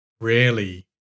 rarely